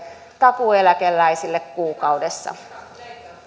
takuueläkeläiselle kuukaudessa